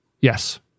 Yes